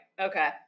Okay